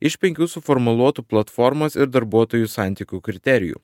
iš penkių suformuluotų platformos ir darbuotojų santykių kriterijų